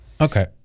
Okay